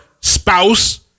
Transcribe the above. spouse